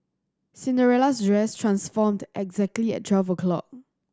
Cinderella's dress transformed exactly at twelve o'clock